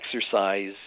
Exercise